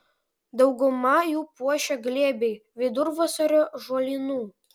daugumą jų puošia glėbiai vidurvasario žolynų